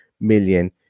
million